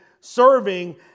serving